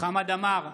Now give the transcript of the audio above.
חמד עמאר,